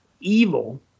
evil